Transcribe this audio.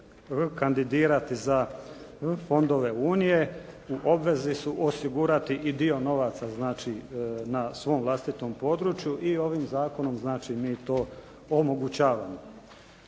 kandidirati za fondove unije u obvezi su osigurati i dio novaca znači na svom vlastitom području i ovim zakonom znači mi to omogućavamo.